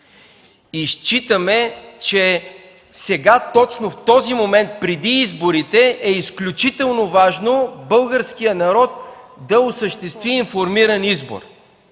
Считаме, че точно в този момент – преди изборите, е изключително важно българският народ да осъществи информиран избор.